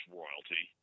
royalty